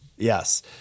Yes